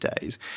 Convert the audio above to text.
days